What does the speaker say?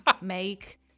make